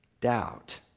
Doubt